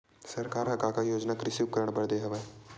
सरकार ह का का योजना कृषि उपकरण बर दे हवय?